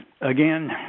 again